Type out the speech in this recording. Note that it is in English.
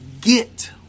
get